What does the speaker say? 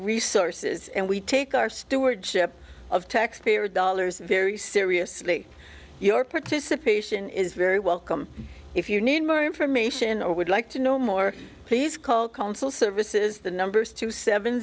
resources and we take our stewardship of taxpayer dollars very seriously your participation is very welcome if you need more information or would like to know more please call council services the numbers two seven